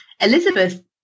Elizabeth